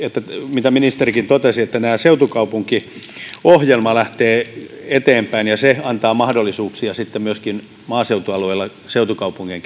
mitä ministerikin totesi että tämä seutukaupunkiohjelma lähtee eteenpäin ja se antaa mahdollisuuksia sitten myöskin maaseutualueilla seutukaupunkien